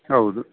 ಹೌದು